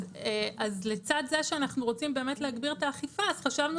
אז לצד זה שאנחנו רוצים באמת להגביר את האכיפה אז חשבנו